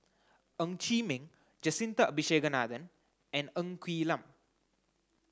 Ng Chee Meng Jacintha Abisheganaden and Ng Quee Lam